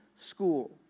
school